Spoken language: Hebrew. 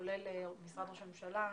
כולל משרד ראש הממשלה,